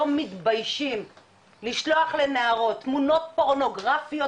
לא מתביישים לשלוח לנערות תמונות פורנוגראפיות